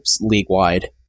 league-wide